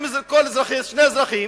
אם שני אזרחים